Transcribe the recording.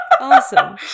Awesome